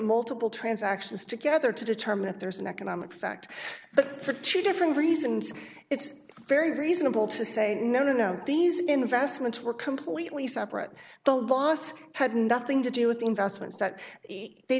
multiple transactions together to determine if there's an economic fact but for two different reasons it's very reasonable to say no no these investments were completely separate the loss had nothing to do with investments that they